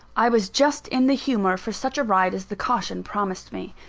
i was just in the humour for such a ride as the caution promised me.